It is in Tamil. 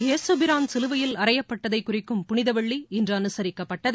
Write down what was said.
யேசுபிரான் சிலுவையில் அறையப்பட்டதைக் குறிக்கும் புனிதவெள்ளி இன்று அனுசரிக்கப்பட்டது